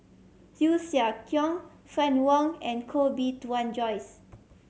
Hsu Tse Kwang Fann Wong and Koh Bee Tuan Joyce